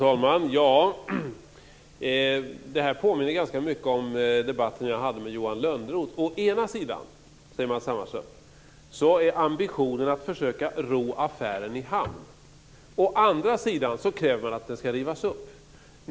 Fru talman! Det här påminner mycket om debatten jag hade med Johan Lönnroth. Å ena sidan, säger Matz Hammarström, är ambitionen att försöka ro affären i hamn. Å andra sidan kräver man att den ska rivas upp.